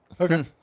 Okay